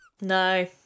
No